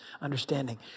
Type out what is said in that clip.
understanding